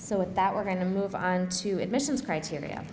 with that we're going to move on to admissions criteria